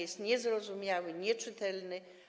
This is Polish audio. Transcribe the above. Jest niezrozumiały, nieczytelny.